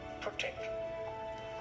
protect